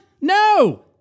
No